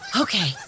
Okay